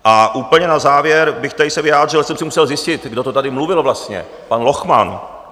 A úplně na závěr bych se tady vyjádřil, jsem si musel zjistit, kdo to tady mluvil vlastně, pan Lochman...